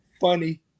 funny